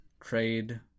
trade